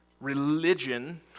Religion